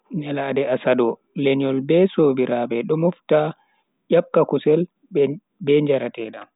Nyalandeasado, lenyol be sobiraabe do mofta nyakka kusel be njaratedam.